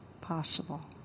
Possible